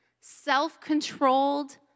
self-controlled